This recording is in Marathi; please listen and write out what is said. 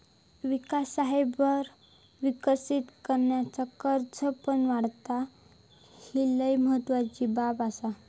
विकासाबरोबर विकसित देशाचा कर्ज पण वाढता, ही लय महत्वाची बाब आसा